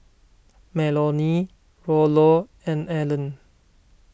Melonie Rollo and Alleen